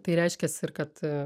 tai reiškias ir kad